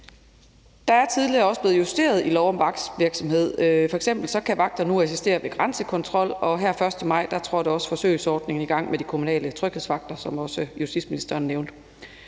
Der er tidligere også blevet justeret i lov om vagtvirksomhed. F.eks. kan vagter nu assistere ved grænsekontrol, og her den 1. maj trådte også forsøgsordningen i kraft med de kommunale tryghedsvagter, som også justitsministeren nævnte.